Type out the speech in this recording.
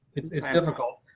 it's it's difficult.